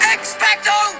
Expecto